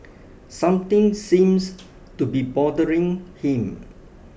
something seems to be bothering him